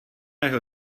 jeho